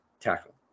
tackle